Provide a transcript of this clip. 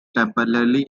temporarily